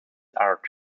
art